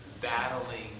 battling